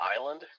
island